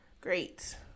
Great